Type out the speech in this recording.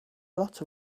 lot